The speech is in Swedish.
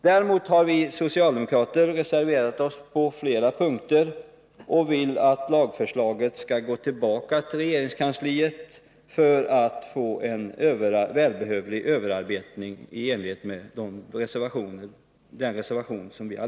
Däremot har vi socialdemokrater reserverat oss på flera punkter och vill att lagförslaget skall gå tillbaka till regeringskansliet för att få en välbehövlig överarbetning, i enlighet med vår reservation.